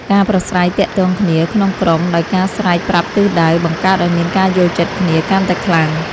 ការប្រាស្រ័យទាក់ទងគ្នាក្នុងក្រុមដោយការស្រែកប្រាប់ទិសដៅ បង្កើតឱ្យមានការយល់ចិត្តគ្នាកាន់តែខ្លាំង។